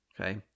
okay